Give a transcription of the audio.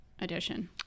edition